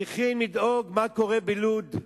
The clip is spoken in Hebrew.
צריך לדאוג מה קורה בלוד,